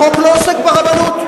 החוק לא עוסק ברבנות.